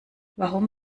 warum